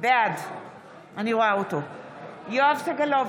בעד יואב סגלוביץ'